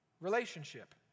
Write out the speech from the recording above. relationship